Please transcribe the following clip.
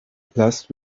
last